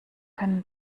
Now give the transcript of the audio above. können